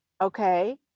okay